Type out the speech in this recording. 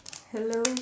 hello